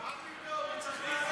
הוא, מה פתאום, הוא צריך לעלות.